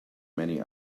many